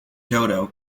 dodo